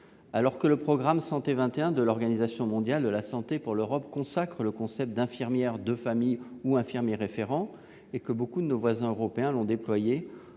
Alors que le programme Santé 21 de l'Organisation mondiale de la santé pour l'Europe consacre le concept d'infirmière « de famille » ou d'« infirmier référent » et que beaucoup de nos voisins européens l'ont déployé,